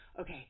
Okay